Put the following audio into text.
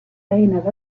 eines